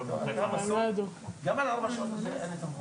עוד מנהלי בתי החולים?